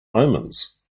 omens